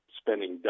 spending